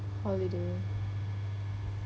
holiday